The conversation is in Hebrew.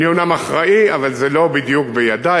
אני אומנם אחראי אבל זה לא בדיוק בידי.